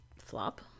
flop